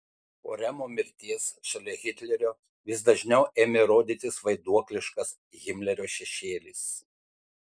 po remo mirties šalia hitlerio vis dažniau ėmė rodytis vaiduokliškas himlerio šešėlis